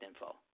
info